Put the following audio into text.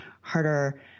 harder